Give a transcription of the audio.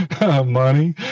money